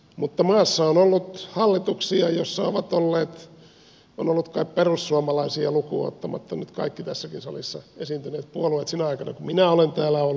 mutta maassa on ollut hallituksia ja niissä ovat olleet kai perussuomalaisia lukuun ottamatta nyt kaikki tässäkin salissa esiintyneet puolueet sinä aikana kun minä olen täällä ollut